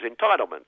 entitlements